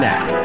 Now